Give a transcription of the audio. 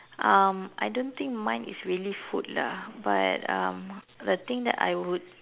um I don't think mine is really food lah but um the thing that I would